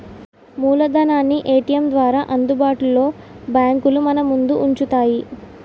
మూలధనాన్ని ఏటీఎం ద్వారా అందుబాటులో బ్యాంకులు మనముందు ఉంచుతాయి